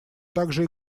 также